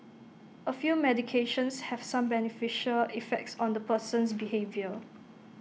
A few medications have some beneficial effects on the person's behaviour